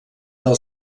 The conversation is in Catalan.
del